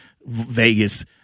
Vegas